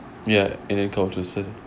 ya any encounters in